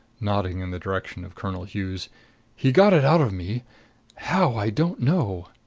nodding in the direction of colonel hughes he got it out of me how, i don't know.